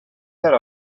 that